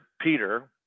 Peter